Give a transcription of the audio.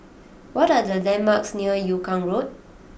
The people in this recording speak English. what are the landmarks near Yung Kuang Road